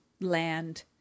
land